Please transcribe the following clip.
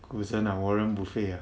股神 ah warren buffet ah